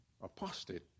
apostate